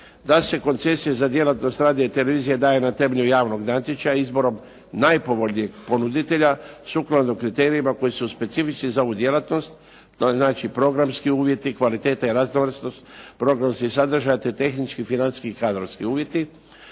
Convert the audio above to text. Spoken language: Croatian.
da se koncesije za djelatnost radija i televizije daje na temelju javnog natječaja izborom najpovoljnijeg ponuditelja sukladno kriterijima koji su specifični za ovu djelatnost, to znači programski uvjeti, kvaliteta i raznovrsnost programskih sadržaja te tehnički i financijski i kadrovski uvjeti.